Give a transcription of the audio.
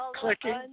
clicking